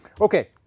Okay